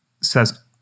says